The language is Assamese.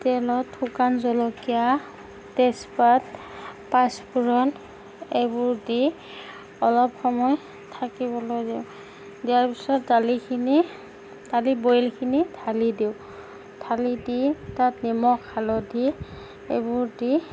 তেলত শুকান জলকীয়া তেজপাত পাঁচফোৰণ এইবোৰ দি অলপ সময় থাকিবলৈ দিওঁ দিয়াৰ পিছত দালিখিনি দালি বইলখিনি ঢালি দিওঁ ঢালি দি তাত নিমখ হালধি এইবোৰ দি